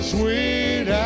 Sweet